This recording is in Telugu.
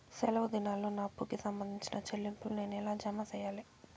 సెలవు దినాల్లో నా అప్పుకి సంబంధించిన చెల్లింపులు నేను ఎలా జామ సెయ్యాలి?